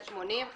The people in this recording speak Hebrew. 180,